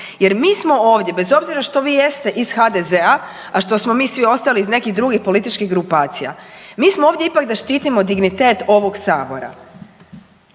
jer mi smo ovdje bez obzira što vi jeste iz HDZ-a, a što smo mi svi ostali iz nekih drugih političkih grupacija, mi smo ovdje ipak da štitimo dignitet ovog sabora,